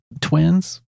twins